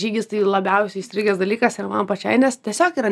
žygis tai labiausiai įstrigęs dalykas ir man pačiai nes tiesiog yra